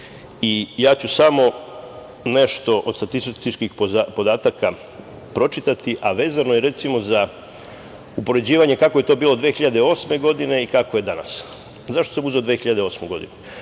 i ja ću samo nešto od statističkih podataka pročitati, a vezano je upoređivanje kako je to bilo 2008. godine i kako je danas. Zašto sam uzeo 2008. godinu?